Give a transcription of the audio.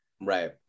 right